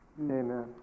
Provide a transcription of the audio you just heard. Amen